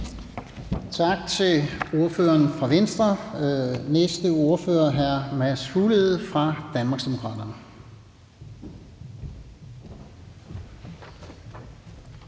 Tak til ordføreren fra Venstre. Næste ordfører er hr. Mads Fuglede fra Danmarksdemokraterne.